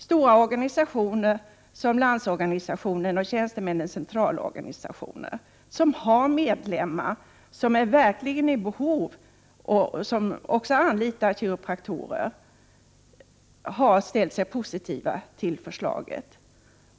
Stora organisationer, som Landsorganisationen och Tjänstemännens centralorganisation med medlemmar som verkligen är i behov av och anlitar kiropraktorer, har ställt sig positiva till förslaget.